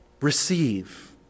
receive